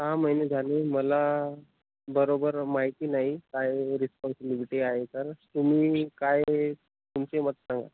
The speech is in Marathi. सहा महिने झाले मला बरोबर माहिती नाही काय रिस्पॉन्सिबिलिटी आहे तर तुम्ही काय तुमचे मत सांगा